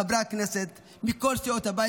חברי הכנסת מכל סיעות הבית,